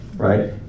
Right